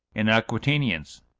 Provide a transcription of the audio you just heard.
and aquitanians.